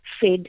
Fed